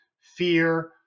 fear